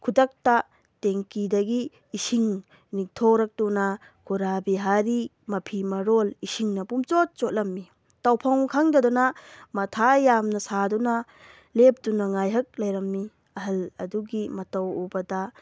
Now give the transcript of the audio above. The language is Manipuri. ꯈꯨꯗꯛꯇ ꯇꯦꯡꯀꯤꯗꯒꯤ ꯏꯁꯤꯡ ꯅꯤꯛꯊꯣꯔꯛꯇꯨꯅ ꯈꯨꯔꯥ ꯕꯤꯍꯥꯔꯤ ꯃꯐꯤ ꯃꯔꯣꯜ ꯏꯁꯤꯡꯅ ꯄꯨꯝꯆꯣꯠ ꯆꯣꯠꯂꯝꯃꯤ ꯇꯧꯐꯝ ꯈꯪꯗꯗꯨꯅ ꯃꯊꯥ ꯌꯥꯝꯅ ꯁꯥꯗꯨꯅ ꯂꯦꯞꯇꯨꯅ ꯉꯥꯏꯍꯥꯛ ꯂꯩꯔꯝꯃꯤ ꯑꯍꯜ ꯑꯗꯨꯒꯤ ꯃꯇꯧ ꯎꯕꯗ